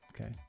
Okay